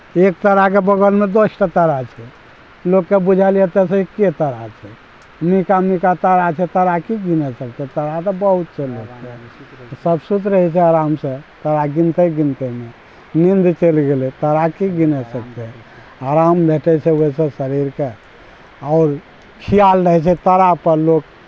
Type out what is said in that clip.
एक ताराके बगलमे दस टा तारा छै लोकके बुझाएल एतऽ सँ एके तारा छै निकहा निकहा तारा छै तारा के गिनै सकतै तारा तऽ बहुत सब सुति रहै छै आरामसे तारा गिनते गिनतेमे नीन्द चलि गेलै तारा कि गिने सकतै आराम भेटै छै ओहिसँ शरीरके आओर खिआल रहै छै तारापर लोक